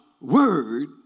word